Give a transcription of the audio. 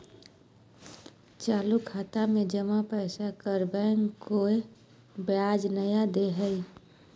चालू खाता में जमा पैसा पर बैंक कोय ब्याज नय दे हइ